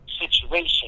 situation